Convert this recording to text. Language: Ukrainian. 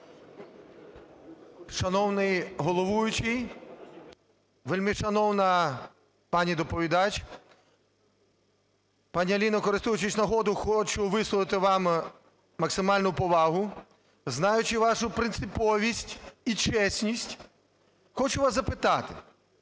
Шановний головуючий, вельмишановна пані доповідач! Пані Аліно, користуючись нагодою, хочу висловити вам максимальну повагу, знаючи вашу принциповість і чесність. Хочу вас запитати,